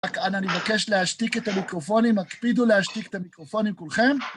רק אנא, אני מבקש להשתיק את המיקרופונים, הקפידו להשתיק את המיקרופונים כולכם.